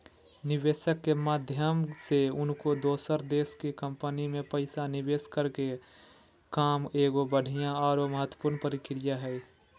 निवेशक के माध्यम से कउनो दोसर देश के कम्पनी मे पैसा निवेश करे के काम एगो बढ़िया आरो महत्वपूर्ण प्रक्रिया हय